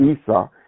Esau